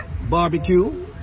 Barbecue